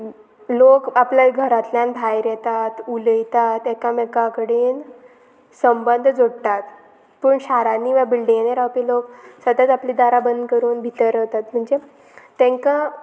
लोक आपल्या घरांतल्यान भायर येतात उलयतात एकामेका कडेन संबंद जोडटात पूण शारांनी वा बिल्डिंगेनी रावपी लोक सदांच आपली दारां बंद करून भितर रावतात म्हणजे तेंकां